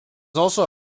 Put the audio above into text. also